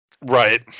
Right